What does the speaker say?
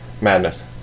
madness